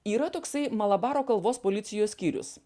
yra toksai malabaro kalvos policijos skyrius